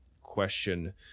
question